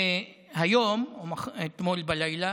והיום, אתמול בלילה,